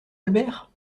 albert